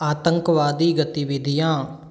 आतंकवादी गतिविधियाँ